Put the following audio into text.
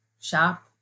shop